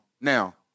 Now